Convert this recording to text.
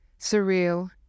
Surreal